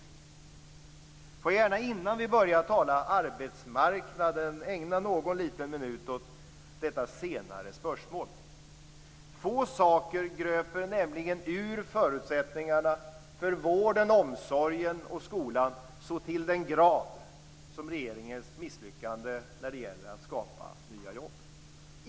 Jag vill gärna innan vi börjar tala arbetsmarknad ägna någon liten minut åt detta senare spörsmål. Få saker gröper nämligen ur förutsättningarna för vården, omsorgen och skolan så till den grad som regeringens misslyckande när det gäller att skapa nya jobb.